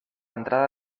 entrada